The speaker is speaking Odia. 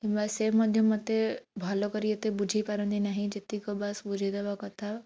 କିମ୍ବା ସେ ମଧ୍ୟ ମୋତେ ଭଲ କରି ଏତେ ବୁଝାଇ ପାରନ୍ତି ନାହିଁ ଯେତିକ ବାସ୍ ବୁଝାଇ ଦେବା କଥା